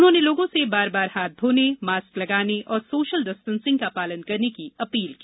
उन्होंने लोगों से बार बार हाथ धोने मास्क लगाने और सोशल डिस्टेंसिंग का पालन करने की अपील की